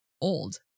old